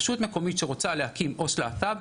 רשות מקומית שרוצה להקים עו״ס להט״ב,